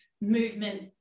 movement